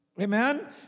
Amen